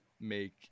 make